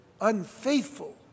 unfaithful